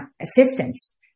assistance